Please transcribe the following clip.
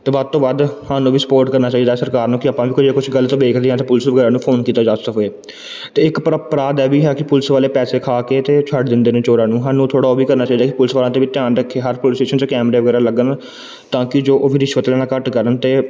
ਅਤੇ ਵੱਧ ਤੋਂ ਵੱਧ ਸਾਨੂੰ ਵੀ ਸਪੋਰਟ ਕਰਨਾ ਚਾਹੀਦਾ ਹੈ ਸਰਕਾਰ ਨੂੰ ਕਿ ਆਪਾਂ ਵੀ ਕੋਈ ਜੇ ਕੁਛ ਗਲਤ ਵੇਖਦੇ ਹਾਂ ਤਾਂ ਪੁਲਿਸ ਵਗੈਰਾ ਨੂੰ ਫੋਨ ਕੀਤਾ ਜਾ ਸਕੇ ਅਤੇ ਇੱਕ ਪਰ ਅਪਰਾਧ ਇਹ ਵੀ ਹੈ ਕਿ ਪੁਲਿਸ ਵਾਲੇ ਪੈਸੇ ਖਾ ਕੇ ਅਤੇ ਛੱਡ ਦਿੰਦੇ ਨੇ ਚੋਰਾਂ ਨੂੰ ਸਾਨੂੰ ਥੋੜ੍ਹਾ ਉਹ ਵੀ ਕਰਨਾ ਚਾਹੀਦਾ ਕਿ ਪੁਲਿਸ ਵਾਲਿਆਂ 'ਤੇ ਵੀ ਧਿਆਨ ਰੱਖੇ ਹਰ ਪੁਲਿਸ ਸਟੇਸ਼ਨ 'ਚ ਕੈਮਰੇ ਵਗੈਰਾ ਲੱਗਣ ਤਾਂ ਕਿ ਜੋ ਉਹ ਵੀ ਰਿਸ਼ਵਤ ਲੈਣਾ ਘੱਟ ਕਰਨ ਅਤੇ